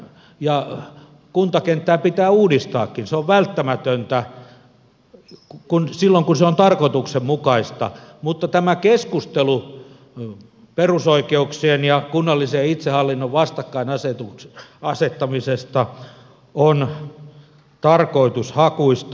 ja kuntakenttää pitää uudistaakin se on välttämätöntä silloin kun se on tarkoituksenmukaista mutta tämä keskustelu perusoikeuksien ja kunnallisen itsehallinnon vastakkain asettamisesta on tarkoitushakuista